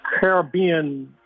Caribbean